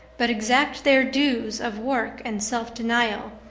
but exact their dues of work and self-denial,